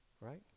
Right